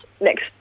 next